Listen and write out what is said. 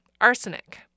arsenic